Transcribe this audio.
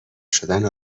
شدن